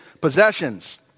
possessions